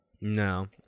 No